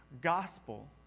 gospel